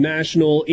National